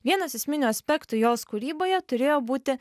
vienas esminių aspektų jos kūryboje turėjo būti